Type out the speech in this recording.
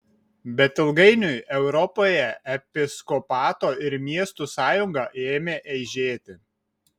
bet ilgainiui europoje episkopato ir miestų sąjunga ėmė eižėti